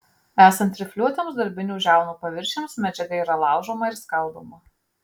esant rifliuotiems darbinių žiaunų paviršiams medžiaga yra laužoma ir skaldoma